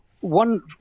one